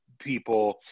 people